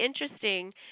interesting